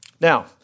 Now